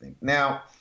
Now